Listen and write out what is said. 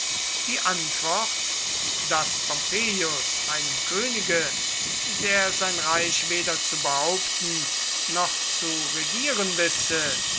die antwort daß pompeius einem könige der sein reich weder zu behaupten noch zu regieren wisse